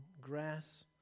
grass